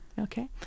Okay